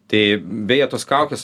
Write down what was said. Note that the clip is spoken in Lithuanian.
tai beje tos kaukės